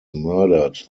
murdered